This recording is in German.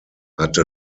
hatte